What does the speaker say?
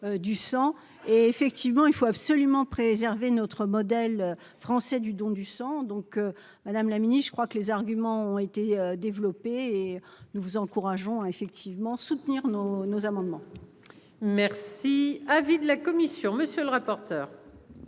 et effectivement, il faut absolument préserver notre modèle français du don du sang donc madame la mini- je crois que les arguments ont été développés et nous vous encourageons à effectivement soutenir nos, nos amendements. Merci, avis de la commission, monsieur le rapporteur.